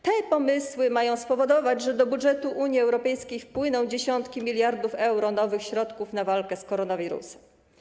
Te pomysły mają spowodować, że do budżetu Unii Europejskiej wpłyną dziesiątki miliardów euro nowych środków na walkę z koronawirusem.